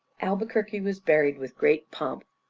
albuquerque was buried with great pomp.